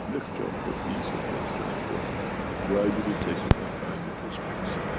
next job for peace and next job for gradually taking mankind into space.